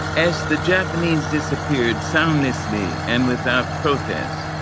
as the japanese disappeared soundlessly and without protest,